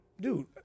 dude